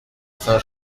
saint